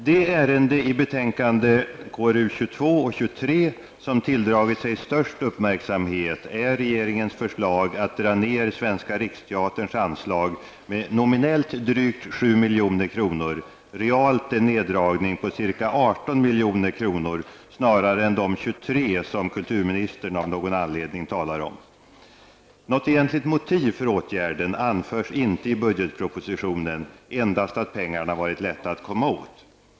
Det ärende i betänkandena KrU22 och KrU23 som tilldragit sig störst uppmärksamhet är regeringens förslag att dra ned Svenska riksteaterns anslag med nominellt drygt 7 milj.kr.; realt en neddragning på ca 18 milj.kr. snarare än de 23 kulturministern av någon anledning talar om. Något egentligt motiv för åtgärden anförs inte i budgetpropositionen, endast att pengarna varit lätta att komma åt.